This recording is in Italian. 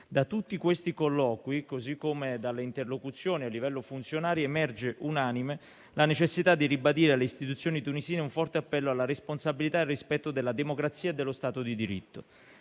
Da tutti questi colloqui, così come dalle interlocuzioni a livello di funzionari, emerge unanime la necessità di ribadire alle istituzioni tunisine un forte appello alla responsabilità e al rispetto della democrazia e dello stato di diritto.